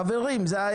חברים,